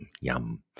yum